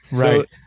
Right